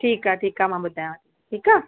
ठीक आहे ठीक आहे मां ॿुधाया थी ठीक आहे